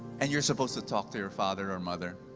and you're supposed to talk to your father or mother?